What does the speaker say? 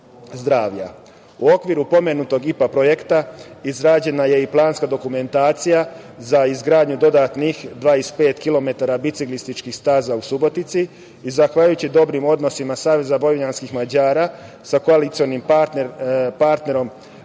okviru pomenutog IPA projekta izrađena je i planska dokumentacija za izgradnju dodatnih 25 kilometara biciklističkih staza u Subotici i zahvaljujući dobrim odnosima SVM sa koalicionim partnerom